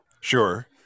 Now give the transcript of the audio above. Sure